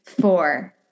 four